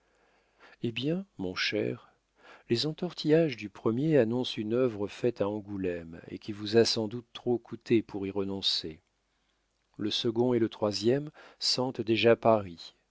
hé bien mon cher les entortillages du premier annoncent une œuvre faite à angoulême et qui vous a sans doute trop coûté pour y renoncer le second et le troisième sentent déjà paris